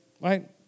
right